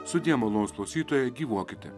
sudie malonūs klausytoja gyvuokite